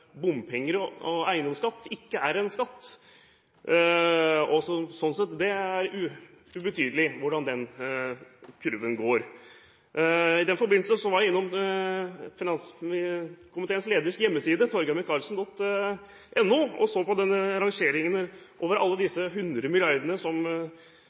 bompenger og eiendomsskatt ikke er skatter, og at det sånn sett er uten betydning hvordan den kurven går. I den forbindelse var jeg innom finanskomiteens leders hjemmeside, torgeirmicaelsen.no, og så på rangeringen over alle disse 100 milliarder kronene som